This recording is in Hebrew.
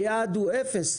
היעד הוא אפס.